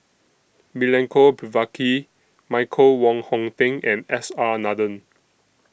Milenko Prvacki Michael Wong Hong Teng and S R Nathan